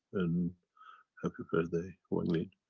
and happy birthday wang lin.